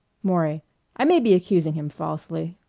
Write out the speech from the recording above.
maury i may be accusing him falsely.